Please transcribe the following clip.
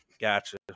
Gotcha